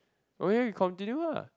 okay continue ah